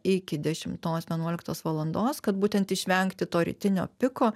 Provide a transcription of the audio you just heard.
iki dešimtos vienuoliktos valandos kad būtent išvengti to rytinio piko